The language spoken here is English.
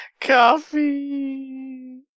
coffee